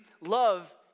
Love